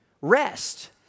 Rest